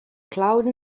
cloud